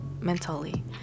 mentally